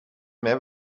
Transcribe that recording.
mij